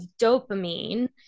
dopamine